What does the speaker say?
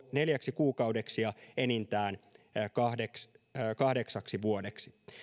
neljäksi kuukaudeksi ja enintään kahdeksaksi vuodeksi